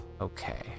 Okay